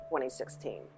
2016